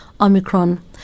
Omicron